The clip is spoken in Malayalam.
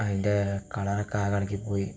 അതിൻ്റെ കളറൊക്കെ ആകെ ഇളകിപ്പോയി